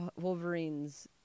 Wolverine's